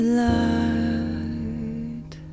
light